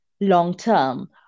long-term